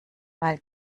weil